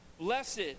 Blessed